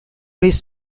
his